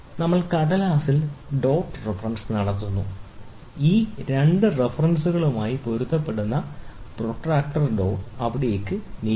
നമ്മൾ ഒരു കടലാസിൽ ഡോട്ട് റഫറൻസ് നടത്തുന്നു ഈ രണ്ട് റഫറൻസുകളുമായി പൊരുത്തപ്പെടുന്ന പ്രൊട്ടക്റ്റർ ഡോട്ട് അവിടേക്ക് നീക്കുക